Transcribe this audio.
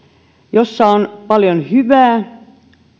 jossa on paljon hyvää